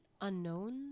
unknown